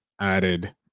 added